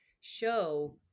show